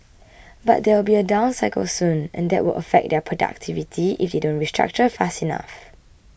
but there will be a down cycle soon and that will affect their productivity if they don't restructure fast enough